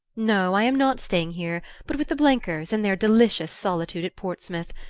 no, i am not staying here, but with the blenkers, in their delicious solitude at portsmouth.